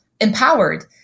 empowered